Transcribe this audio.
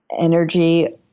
energy